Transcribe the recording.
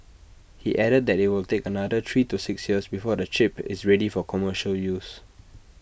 he added that IT will take another three to six years before the chip is ready for commercial use